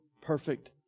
perfect